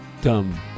dumb